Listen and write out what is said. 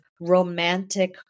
romantic